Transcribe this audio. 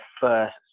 first